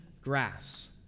grass